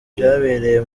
byabereye